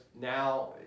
now